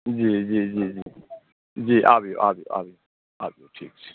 जी जी जी जी जी आबियौ आबियौ आबियौ आबियौ ठीक छै